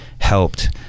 helped